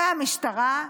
באה המשטרה,